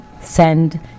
send